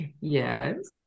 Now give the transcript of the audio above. Yes